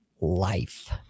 life